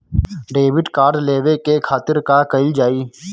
Debit card लेवे के खातिर का कइल जाइ?